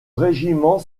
régiment